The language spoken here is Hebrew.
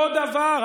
אותו דבר.